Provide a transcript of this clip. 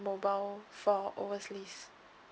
mobile for overseas